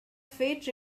fate